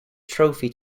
trophy